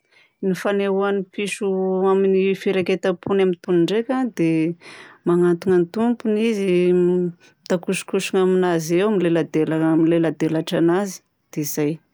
Ny fanehoan'ny piso amin'ny firaiketam-pony amin'ny tompony ndraika dia magnantona ny tompony izy m mitakosokosona aminazy eo, mileladela- mileladelatra anazy eo dia izay.